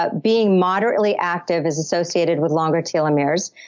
ah being moderately active is associated with longer telomeres.